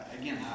again